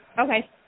Okay